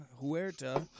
Huerta